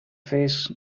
face